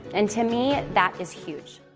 and to me, that is huge.